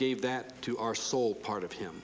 gave that to our soul part of him